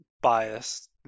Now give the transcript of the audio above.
biased